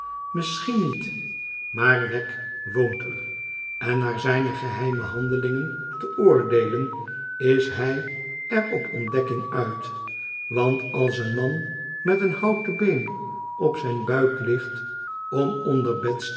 misschien niet maar wegg woont er en naar zijne geheime handelingen te oordeelen is hij er op ontdekking uit want als een man met een hoaten been op zijn buik ligt om onder